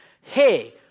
Hey